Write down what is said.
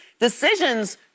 decisions